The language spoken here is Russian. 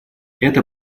это